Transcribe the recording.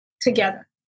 together